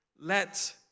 let